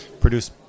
produce